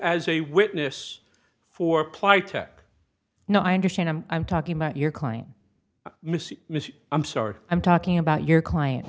as a witness for apply tech no i understand i'm talking about your client mr i'm sorry i'm talking about your client